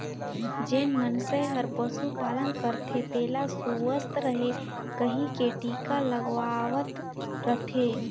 जेन मइनसे हर पसु पालन करथे तेला सुवस्थ रहें कहिके टिका लगवावत रथे